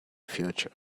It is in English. future